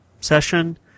session